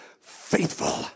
faithful